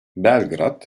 belgrad